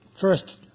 first